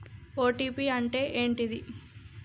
OTP అంటే ఏంటిది?